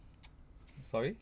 sorry